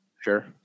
sure